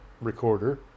recorder